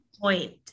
Point